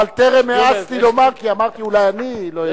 אבל טרם העזתי לומר, כי אמרתי, אולי אני לא יודע.